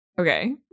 okay